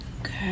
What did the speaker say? Okay